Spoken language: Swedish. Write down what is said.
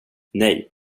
nej